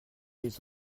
les